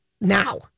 now